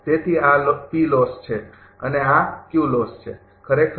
તેથી આ છે અને આ છે ખરેખર